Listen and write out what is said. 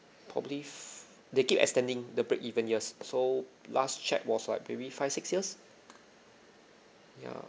probably they keep extending the break even years so last checked was like maybe five six years ya